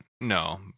No